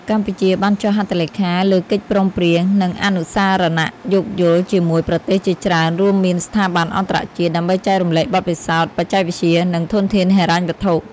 កម្ពុជាបានចុះហត្ថលេខាលើកិច្ចព្រមព្រៀង និងអនុស្សរណៈយោគយល់ជាមួយប្រទេសជាច្រើនរួមមានស្ថាប័នអន្តរជាតិ ដើម្បីចែករំលែកបទពិសោធន៍ បច្ចេកវិទ្យា និងធនធានហិរញ្ញវត្ថុ។